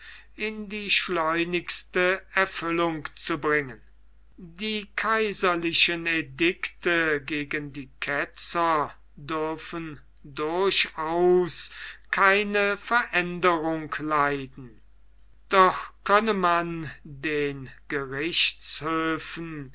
in die schleunige erfüllung zu bringen die kaiserlichen edikte gegen die ketzer dürfen durchaus keine veränderung leiden doch könne man den gerichtshöfen